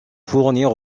fournir